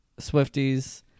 swifties